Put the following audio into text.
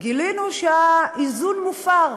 גילינו שהאיזון מופר,